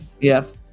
Yes